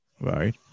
right